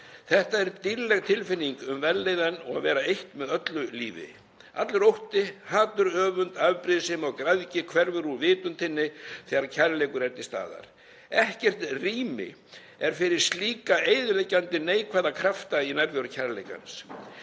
Þetta er dýrleg tilfinning um vellíðan og að vera eitt með öllu lífi. Allur ótti, hatur, öfund, afbrýðisemi og græðgi hverfur úr vitundinni þegar kærleikur er til staðar. Ekkert rými er fyrir slíka eyðileggjandi neikvæða krafta í nærveru kærleikans.